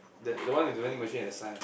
that the one with the vending machine at the side